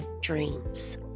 dreams